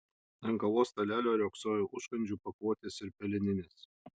ant kavos stalelio riogsojo užkandžių pakuotės ir peleninės